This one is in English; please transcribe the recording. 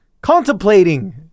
contemplating